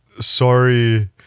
sorry